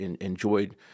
enjoyed